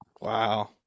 Wow